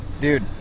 Dude